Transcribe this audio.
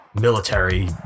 military